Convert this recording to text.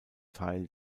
teil